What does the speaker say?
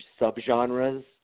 subgenres